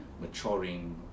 maturing